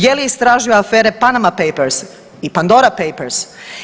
Je li istražio afere Panama papers i Pandora papers?